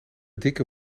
dikke